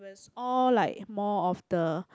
all like more of the